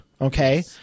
okay